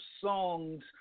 songs